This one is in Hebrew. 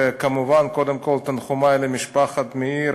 וכמובן, קודם כול, תנחומי למשפחת מאיר